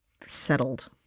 settled